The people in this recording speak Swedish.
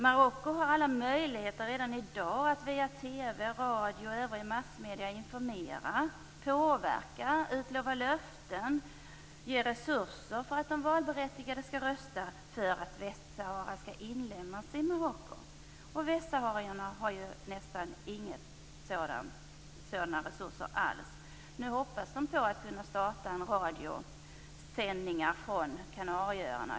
Marocko har alla möjligheter redan i dag att via TV, radio och övriga massmedier informera, påverka, utlova löften och ge resurser för att de valberättigade skall rösta för att Västsahara skall inlemmas med Marocko. Västsaharierna har ju nästan inga sådana resurser alls. Nu hoppas de på att kunna starta radiosändningar från Kanarieöarna.